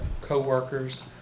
co-workers